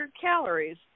calories